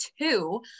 Two